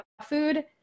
food